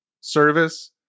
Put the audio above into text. service